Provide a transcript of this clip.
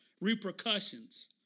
repercussions